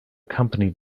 company